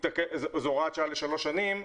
שזו הוראת שעה לשלוש שנים,